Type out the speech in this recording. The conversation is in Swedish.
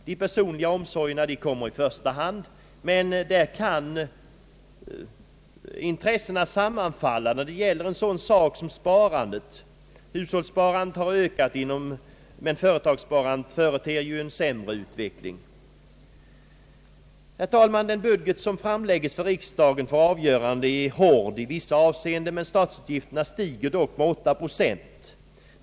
De personliga omsorgerna kommer i första hand, men intressena kan sammanfalla när det gäller en sådan sak som sparandet. Hushållssparandet har ökat, men företagssparandet företer ju en sämre utveckling. Herr talman! Den budget som framlägges för riksdagen för avgörande är hård i vissa avseenden, men statsutgifterna stiger dock med 8 procent.